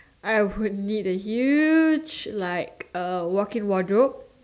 I would need a huge like uh walk in wardrobe